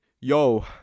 yo